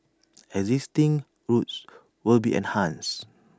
existing routes will be enhanced